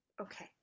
Okay